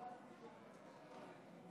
89 בעד, אין מתנגדים.